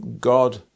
God